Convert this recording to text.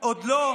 את מי?